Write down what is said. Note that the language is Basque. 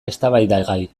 eztabaidagai